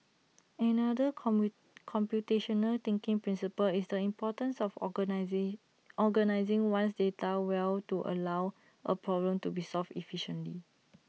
another come we computational thinking principle is the importance of organize organising one's data well to allow A problem to be solved efficiently